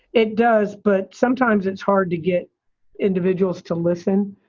it does but sometimes it's hard to get individuals to listen.